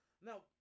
Now